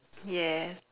yes